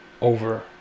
over